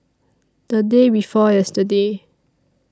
The Day before yesterday